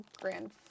Grand